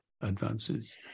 advances